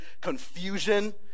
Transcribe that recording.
confusion